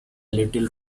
little